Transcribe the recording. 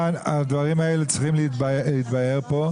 הדברים האלה צריכים להתברר פה.